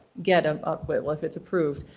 get. um well if it's approved.